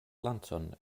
lancon